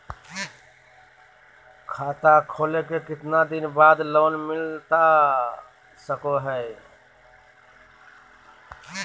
खाता खोले के कितना दिन बाद लोन मिलता सको है?